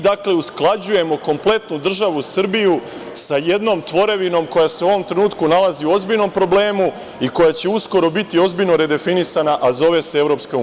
Dakle, mi usklađujemo kompletnu državu Srbiju sa jednom tvorevinom koja se u ovom trenutku nalazi u ozbiljnom problemu i koja će uskoro biti ozbiljno redefinisana, a zove se EU.